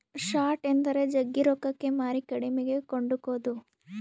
short ಎಂದರೆ ಜಗ್ಗಿ ರೊಕ್ಕಕ್ಕೆ ಮಾರಿ ಕಡಿಮೆಗೆ ಕೊಂಡುಕೊದು